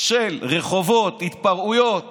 של רחובות, התפרעויות.